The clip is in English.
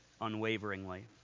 unwaveringly